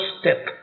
step